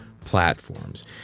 platforms